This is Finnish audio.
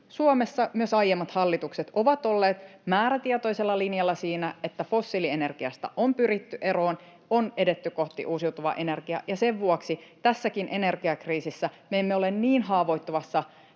Suomessa myös aiemmat hallitukset ovat olleet määrätietoisella linjalla siinä, että fossiilienergiasta on pyritty eroon, on edetty kohti uusiutuvaa energiaa, ja sen vuoksi tässäkään energiakriisissä me emme ole niin haavoittuvassa